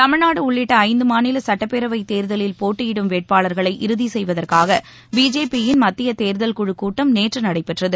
தமிழ்நாடு உள்ளிட்ட ஐந்து மாநில சட்டப்பேரவை தேர்தலில் போட்டியிடும் வேட்பாளர்களை இறுதி செய்வதற்காக பிஜேபியின் மத்திய தேர்தல் குழுக்கூட்டம் நேற்று நடைபெற்றது